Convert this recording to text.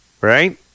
Right